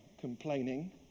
complaining